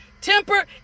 Temper